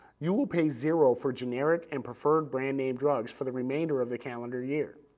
you will pay zero for generic and preferred brand-name drugs for the remainder of the calendar year.